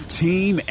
team